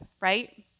right